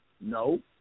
No